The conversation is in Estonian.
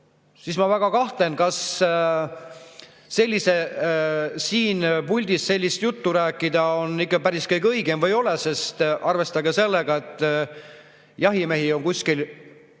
siis ma väga kahtlen, kas siin puldis sellist juttu rääkida on ikka päris õige või ei ole. Arvestage sellega, et jahimehi on kuskil